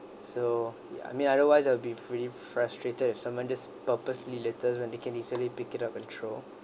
so ya I mean otherwise I'll be pretty frustrated with someone just purposely litter when they can easily pick it up and throw